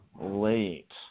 late